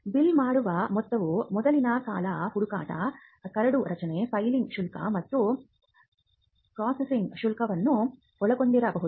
bill ಮಾಡಿದ ಮೊತ್ತವು ಮೊದಲಿನ ಕಲಾ ಹುಡುಕಾಟ ಕರಡು ರಚನೆ ಫೈಲಿಂಗ್ ಶುಲ್ಕ ಮತ್ತು ಪ್ರಾಸಿಕ್ಯೂಷನ್ ಶುಲ್ಕವನ್ನು ಒಳಗೊಂಡಿರಬಹುದು